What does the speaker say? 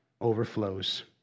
overflows